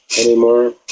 anymore